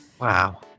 Wow